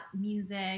music